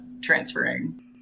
transferring